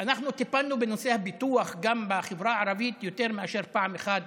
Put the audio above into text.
אנחנו טיפלנו בנושא הביטוח גם בחברה הערבית יותר מאשר פעם אחת